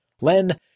Len